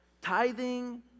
Tithing